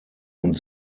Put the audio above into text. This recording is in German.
und